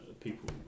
people